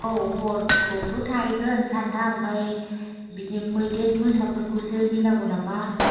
औ हरखौथ' थाहैगोन सानथाम ओमफ्राय बिदिनो मैदेर मोसाफोरखौसो गिनांगौ नामा